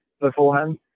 beforehand